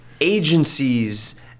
agencies